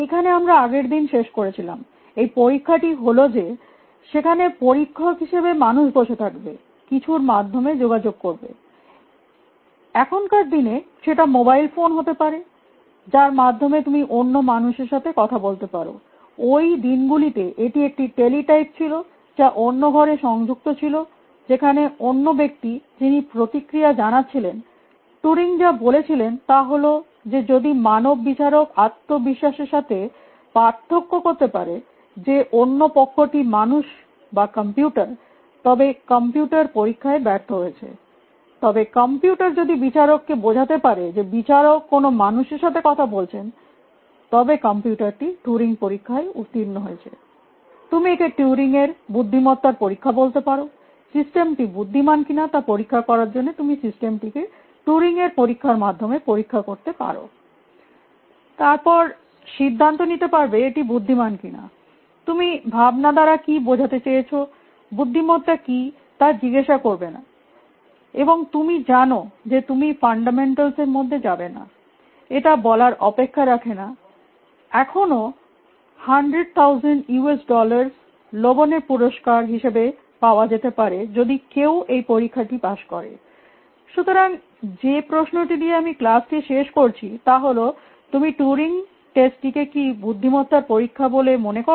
এইখানে আমরা আগেরদিন শেষ করেছিলাম এই পরীক্ষাটি হল যে সেখানে পরীক্ষক হিসেবে মানুষ বসে থাকবে কিছুর মাধ্যমে যোগাযোগ করবেনএখানকার দিনে সেটা মোবাইল ফোন হতে পারে যার মাধ্যমে তুমি অন্য মানুষের সাথে কথা বলতে পারো ঐ দিনগুলিতে এটি একটি টেলি টাইপ ছিল যা অন্য ঘরে সংযুক্ত ছিল যেখানে অন্য ব্যক্তি যিনি প্রতিক্রিয়া জানাচ্ছিলেন টুরিং যা বলেছিলেন তা হল যে যদি মানব বিচারক আত্মবিশ্বাসের সাথে পার্থক্য করতে পারে যে অন্য পক্ষটি মানুষ বা কম্পিউটার তবে কম্পিউটার পরীক্ষায় ব্যর্থ হয়েছে তবে কম্পিউটার যদি বিচারককে বোঝাতে পারে যে বিচারক কোনও মানুষের সাথে কথা বলছেন তবে কম্পিউটারটি টুরিং পরীক্ষায় উত্তীর্ণ হয়েছে তুমি একে টুরিং এর বুদ্ধিমত্তার পরীক্ষা বলতে পার সিস্টেমটি বুদ্ধিমান কিনা তা পরীক্ষা করার জন্য তুমি সিস্টেমটিকে টুরিং এর পরীক্ষার মাধ্যমে পরীক্ষা করতে পারতারপর সিদ্ধান্ত নিতে পারবে এটি বুদ্ধিমান কিনা তুমি ভাবনা দ্বারা কী বোঝাতে চেয়েছোবুদ্ধিমত্তা কী তা জিজ্ঞাসা করবে নাএবং তুমি জানো যে তুমি ফান্ডামেন্টালস্ এর মধ্যে যাবে না এটা বলার অপেক্ষা রাখে না এখনও 100 000 ইউস ডলারস্ লোবনের পুরস্কার হিসেবে পাওয়া যেতে পারে যদি কেউ এই পরীক্ষাটি পাস করে সুতরাং যে প্রশ্নটি দিয়ে আমি ক্লাসটি শেষ করছি তা হল তুমি টুরিং টেস্টটিকে কি বুদ্ধিমত্তার পরীক্ষা বলে মনে কর